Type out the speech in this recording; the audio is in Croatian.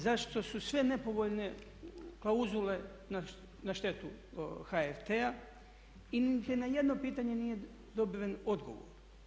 Zašto su sve nepovoljne klauzule na štetu HRT-a i niti na jedno pitanje nije dobiven odgovor.